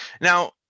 Now